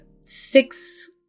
six